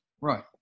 Right